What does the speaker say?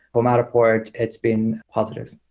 for matterport, it's been positive.